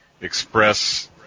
express